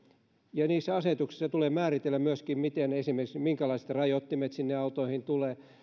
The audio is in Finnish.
ja niissä asetuksissa tulee määritellä esimerkiksi minkälaiset rajoittimet autoihin tulee